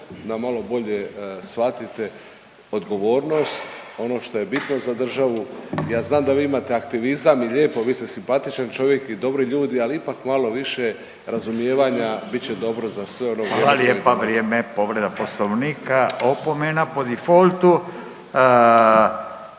da malo bolje shvatite odgovornost, ono što je bitno za državu, ja znam da vi imate aktivizam i lijepo, vi ste simpatičan čovjek i dobri ljudi, ali ipak malo više razumijevanja bit će dobro za sve ono .../Govornici govore istovremeno, ne